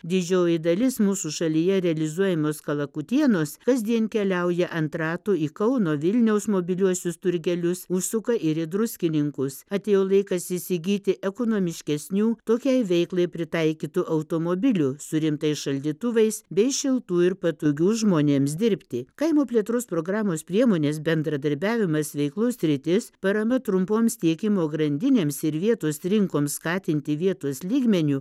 didžioji dalis mūsų šalyje realizuojamos kalakutienos kasdien keliauja ant ratų į kauno vilniaus mobiliuosius turgelius užsuka ir į druskininkus atėjo laikas įsigyti ekonomiškesnių tokiai veiklai pritaikytų automobilių su rimtais šaldytuvais bei šiltų ir patogių žmonėms dirbti kaimo plėtros programos priemonės bendradarbiavimas veiklos sritis parama trumpoms tiekimo grandinėms ir vietos rinkoms skatinti vietos lygmeniu